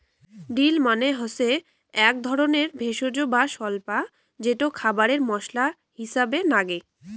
deal মানে হসে আক ধরণের ভেষজ বা স্বল্পা যেটো খাবারে মশলা হিছাবে নাগে